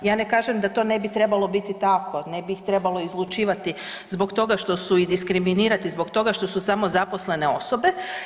Ja ne kažem da to ne bi trebalo biti tako, ne bi ih trebalo izlučivati zbog toga što su, i diskriminirati zbog toga što su samozaposlene osobe.